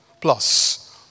plus